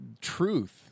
truth